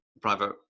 private